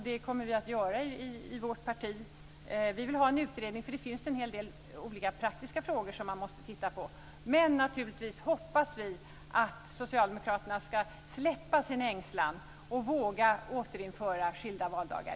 Det kommer vi i Folkpartiet att verka för. Vi vill ha en utredning, för det finns en hel del olika praktiska frågor som man måste titta på. Naturligtvis hoppas vi att Socialdemokraterna ska släppa sin ängslan och våga återinföra skilda valdagar.